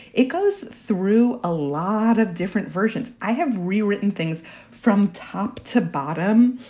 it goes through a lot of different versions. i have rewritten things from top to bottom.